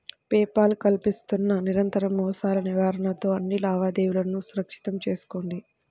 pay Paul కల్పిస్తున్న నిరంతర మోసాల నివారణతో అన్ని లావాదేవీలను సురక్షితం చేసుకోండి